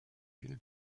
ville